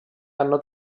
hanno